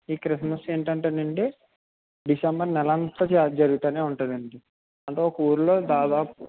ఈ క్రిస్మస్ ఏంటంటేనండి డిసెంబర్ నెలంతా జ జరుగుతూనే ఉంటుందండి అంటే ఒక ఊర్లో దాదాపు